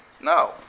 No